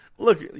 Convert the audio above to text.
Look